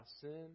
sin